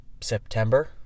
September